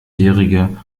jährige